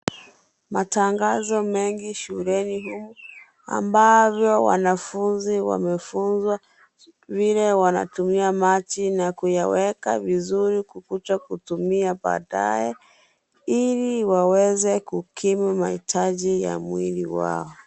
Matangazo mengi shuleni humu, ambavyo wanafunzi wamefunzwa, vile wanatumia machi na kuyaweka vizuri kukucha kutumia baadae, ili waweze kukimu maitaji ya mwili wao.